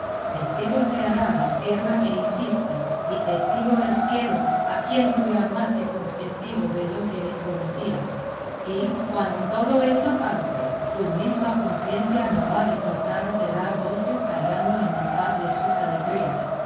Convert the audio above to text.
testigo será la firma que hiciste y testigo el cielo a quien tú llamaste por testigo de lo que me prometías y cuando todo esto falte tu misma conciencia no ha de faltar de dar voces callando en mitad de tus alegrías